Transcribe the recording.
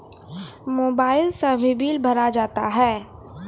Mobile से भी bill भरा जाता हैं?